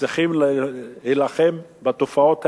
צריכים להילחם בתופעות האלה,